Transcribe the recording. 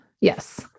Yes